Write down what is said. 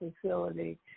facility